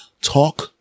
talk